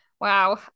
Wow